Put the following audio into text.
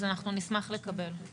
אז אנחנו נשמח לקבל,